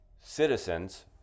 citizens